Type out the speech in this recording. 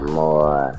more